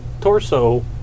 torso